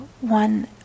one